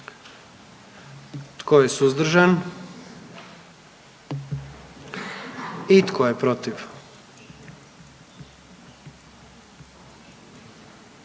Tko je suzdržan? I tko je protiv?